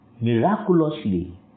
miraculously